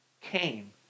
came